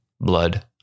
blood